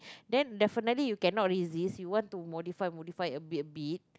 then definitely you cannot resist you want to modify modify a bit a bit